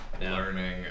learning